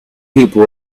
people